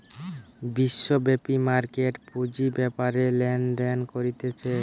বিশ্বব্যাপী মার্কেট পুঁজি বেপারে লেনদেন করতিছে